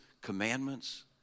commandments